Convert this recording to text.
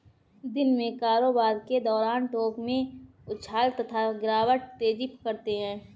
दिन में कारोबार के दौरान टोंक में उछाल तथा गिरावट तेजी पकड़ते हैं